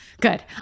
Good